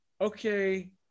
Okay